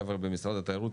החבר'ה במשרד התיירות,